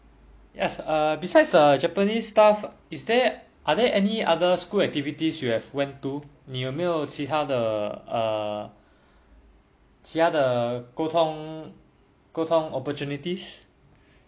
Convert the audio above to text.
yes err besides the japanese stuff is there are there any other school activities you have went to 你有没有其他的其他的沟通沟通 opportunities